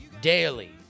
Daily